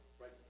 Right